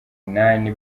inani